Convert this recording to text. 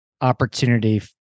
opportunity